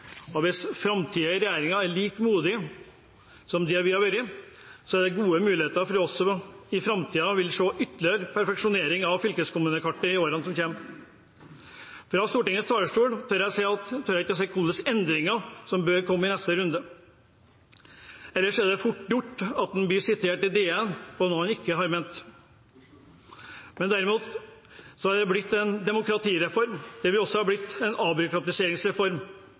og hvis framtidige regjeringer er like modige som vi har vært, er det gode muligheter for at vi også i framtiden vil se ytterligere perfeksjoneringer av fylkeskommunekartet i årene som kommer. Fra Stortingets talerstol tør jeg ikke si noe om hvilke endringer som bør komme i neste runde – ellers er det fort gjort å bli sitert i DN på noe en ikke har ment. Dette har blitt en demokratireform, og det har også blitt en avbyråkratiseringsreform.